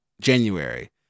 January